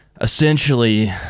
essentially